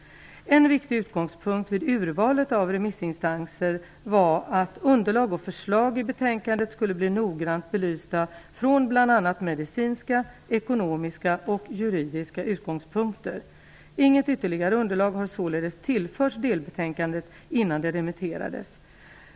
En viktig utgångspunkt vid urvalet av remissinstanser var att underlag och förslag i betänkandet skulle bli noggrant belysta från bl.a. medicinska, ekonomiska och juridiska utgångspunkter. Inget ytterligare underlag har således tillförts delbetänkandet innan det remitterades.